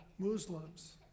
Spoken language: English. Muslims